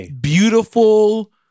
Beautiful